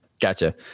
Gotcha